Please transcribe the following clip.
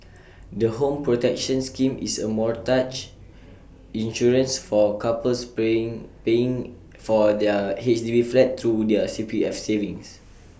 the home protection scheme is A mortgage insurance for couples playing paying for their H D B flat through their C P F savings